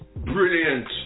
Brilliant